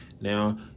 Now